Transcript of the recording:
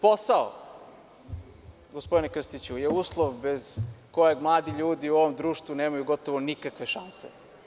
Posao, gospodine Krstiću, je uslov bez kojeg mladi ljudi u ovom društvu nemaju gotovo nikakve šanse.